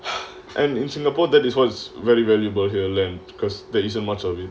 and in singapore that is was very valuable here land because there isn't much of it